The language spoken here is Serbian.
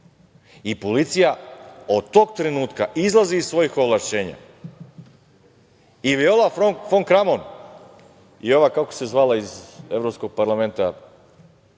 I policija od tog trenutka izlazi iz svojih ovlašćenja. Ova Fon Kramon i ova iz Evropskog parlamenta